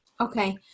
Okay